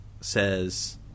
says